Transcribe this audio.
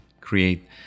create